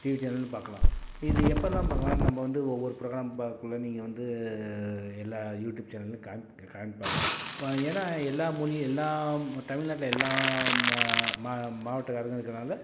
TV சேனல்லையும் பார்க்கலாம் இது எப்போலாம் பார்க்கலாம் நம்ம வந்து ஒவ்வொரு ப்ரோக்ராம் பார்க்கக்குள்ள நீங்கள் வந்து எல்லா யூடியூப் சேனல்லையும் காம் காமிப்பாங்க ஏன்னா எல்லா மொழி எல்லாம் தமிழ் நாட்டில் எல்லா மா மா மாவட்டக்காரங்களும் இருக்கிறதுனால